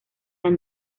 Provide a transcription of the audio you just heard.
han